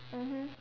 mmhmm